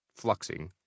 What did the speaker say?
fluxing